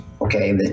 okay